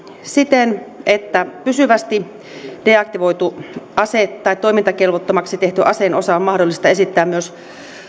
siten että pysyvästi deaktivoitu ase tai toimintakelvottomaksi tehty aseen osa on mahdollista esittää myös